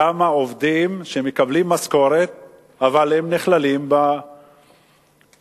כמה עובדים שמקבלים משכורת אבל הם נכללים בטבלה